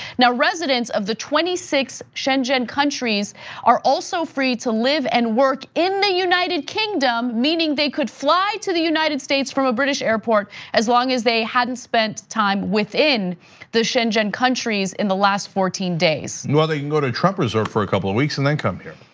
now, residents of the twenty six schengen countries are also free to live and work in the united kingdom. meaning they could fly to the united states from a british airport. as long as they hadn't spent time within the schengen countries in the last fourteen days. well, you ah can go to trump reserve for a couple of weeks and then come here.